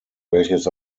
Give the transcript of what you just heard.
welches